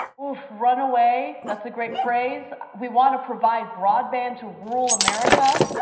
run away, that's a great phrase. we wanna provide broadband to rural america?